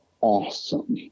awesome